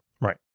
Right